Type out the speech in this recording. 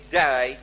day